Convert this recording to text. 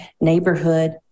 neighborhood